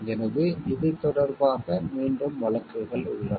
எனவே இது தொடர்பாக மீண்டும் வழக்குகள் உள்ளன